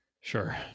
Sure